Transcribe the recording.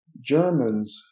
Germans